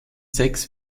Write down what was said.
sechs